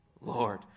Lord